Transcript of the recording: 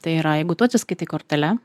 tai yra jeigu tu atsiskaitai kortele